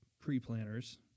pre-planners